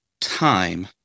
time